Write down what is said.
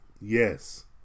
Yes